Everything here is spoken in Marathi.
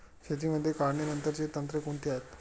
शेतीमध्ये काढणीनंतरची तंत्रे कोणती आहेत?